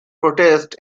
protests